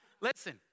listen